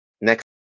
next